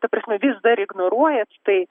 ta prasme vis dar ignoruojat tai